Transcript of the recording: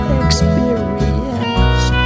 experience